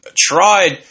tried